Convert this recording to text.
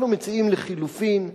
אנחנו מציעים, לחלופין,